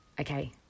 Okay